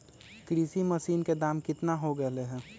कृषि मशीन के दाम कितना हो गयले है?